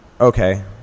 Okay